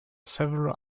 several